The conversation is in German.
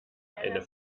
eine